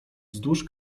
wzdłuż